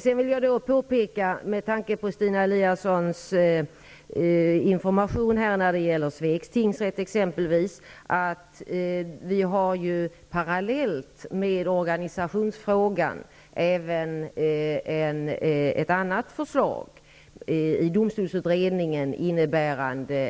Sedan vill jag, med tanke på Stina Eliassons information när det gäller t.ex. Svegs tingsrätt, påpeka att vi parallellt med organisationsfrågan även har ett annat förslag i domstolsutredningen, som innebär